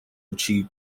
achieve